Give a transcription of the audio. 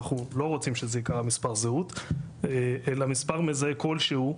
אנחנו לא רוצים שזה ייקרא מספר זהות אלא מספר מזהה כלשהו,